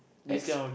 X